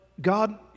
God